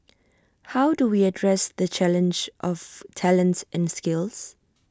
how do we address the challenge of talent and skills